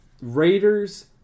Raiders